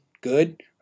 good